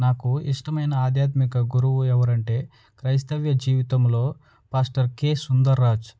నాకు ఇష్టమైన ఆధ్యాత్మిక గురువు ఎవరంటే క్రైస్తవ జీవితంలో పాస్టర్ కే సుందర్రాజ్